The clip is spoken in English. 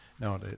No